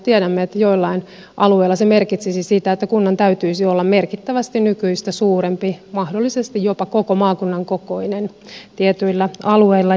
tiedämme että joillain alueilla se merkitsisi sitä että kunnan täytyisi olla merkittävästi nykyistä suurempi mahdollisesti jopa koko maakunnan kokoinen tietyillä alueilla